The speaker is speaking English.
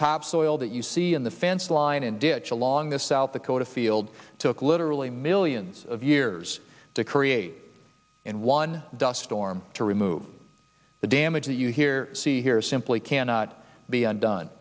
topsoil that you see in the fence line and did so long the south dakota fields took literally millions of years to create in one dust storm to remove the damage that you hear see here simply cannot be undone